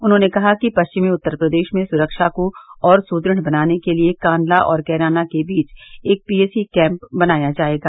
उन्होंने कहा कि परिचमी उत्तर प्रदेश में सुरक्षा को और सुदुढ़ बनाने के लिए कांधला और कैराना के बीच एक पीएसी कैंप बनाया जाएगा